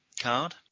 card